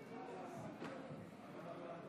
תודה אדוני